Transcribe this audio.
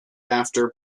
after